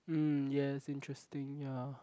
mm yes interesting ya